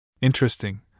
interesting